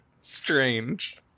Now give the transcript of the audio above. strange